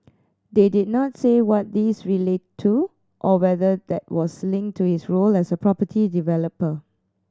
they did not say what these related to or whether that was linked to his role as a property developer